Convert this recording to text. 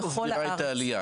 איך את מסבירה את העלייה?